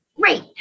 great